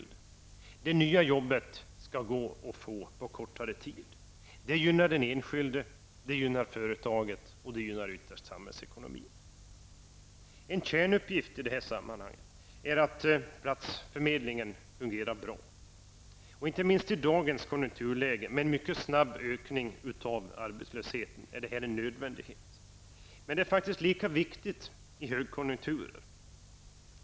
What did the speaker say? Det nya jobbet skall gå att få på kortare tid. Det gynnar den enskilde, företaget och ytterst samhällsekonomin. En kärnpunkt i det sammanhanget är att platsförmedlingen fungerar bra. Detta är nödvändigt inte minst i dagens konjunkturläge med en mycket snabb ökning av arbetslösheten. Men det är faktiskt lika viktigt i högkonjunkturer.